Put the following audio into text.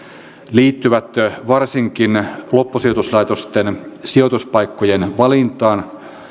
liittyvät varsinkin loppusijoituslaitosten sijoituspaikkojen valintaan